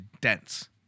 dense